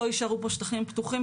לא יישארו פה שטחים פתוחים,